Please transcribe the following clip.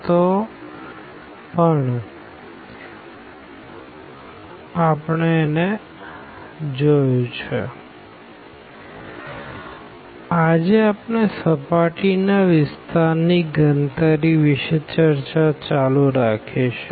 તો આજે આપણે સર્ફેસ ના વિસ્તાર ની ગણતરી વિષે ચર્ચા ચાલુ રાખીશું